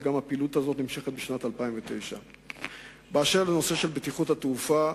וגם הפעילות הזאת נמשכת בשנת 2009. בנושא בטיחות התעופה,